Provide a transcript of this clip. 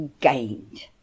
gained